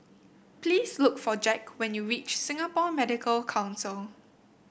please look for Jack when you reach Singapore Medical Council